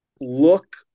look